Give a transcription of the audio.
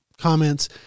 comments